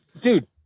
Dude